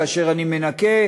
כאשר אני מנכה,